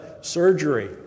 surgery